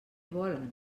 volen